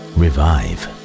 revive